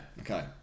Okay